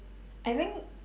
I think